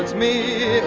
me.